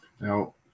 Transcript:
Now